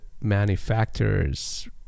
manufacturers